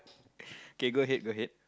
k go ahead go ahead